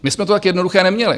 My jsme to tak jednoduché neměli.